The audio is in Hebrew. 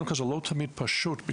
זה לא תמיד פשוט.